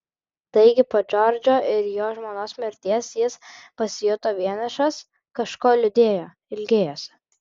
taigi po džordžo ir jo žmonos mirties jis pasijuto vienišas kažko liūdėjo ilgėjosi